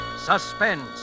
Suspense